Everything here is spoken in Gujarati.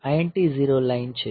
INT 0 લાઇન છે